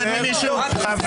זו